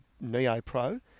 neo-pro